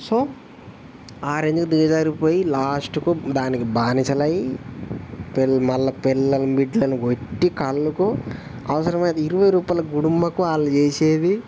so ఆ రెంజ్కు దిగజారిపోయి లాస్ట్కు దానికి బానిసలు అయి మళ్ళీ పెళ్ళాం బిడ్డలను కొట్టి కల్లుకి అవసరమా అది ఇరవై రూపాయల గుడుంబాకు వాళ్ళు చేసేది